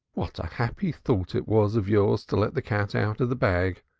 what a happy thought it was of yours to let the cat out of the bag.